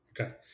Okay